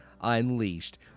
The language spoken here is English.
Unleashed